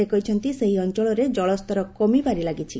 ସେ କହିଛନ୍ତି ସେହି ଅଞ୍ଚଳରେ କଳସ୍ତର କମିବାରେ ଲାଗିଛି